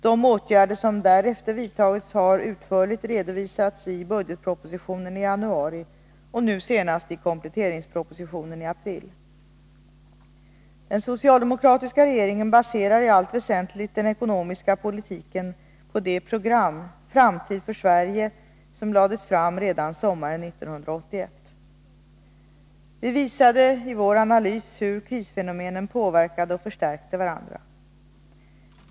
De åtgärder som därefter vidtagits har utförligt redovisats i budgetpropositionen i januari och nu senast i kompletteringspropositionen i april. Den socialdemokratiska regeringen baserar i allt väsentligt den ekonomiska politiken på det program, Framtid för Sverige, som lades fram redan sommaren 1981. Vi visade i vår analys hur krisfenomenen påverkade och förstärkte varandra.